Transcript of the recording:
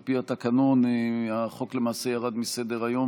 על פי התקנון החוק למעשה ירד מסדר-היום